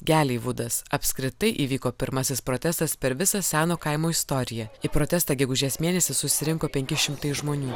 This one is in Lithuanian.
geleivudas apskritai įvyko pirmasis protestas per visą seno kaimo istoriją į protestą gegužės mėnesį susirinko penki šimtai žmonių